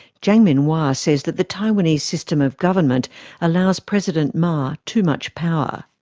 chiang min-hua says that the taiwanese system of government allows president ma too much power.